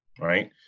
right